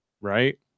right